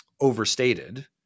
overstated